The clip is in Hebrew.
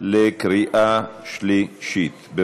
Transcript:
לקריאה שלישית.